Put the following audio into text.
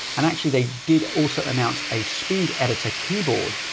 and actually they did also announce a speed editor keyboard,